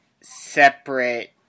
separate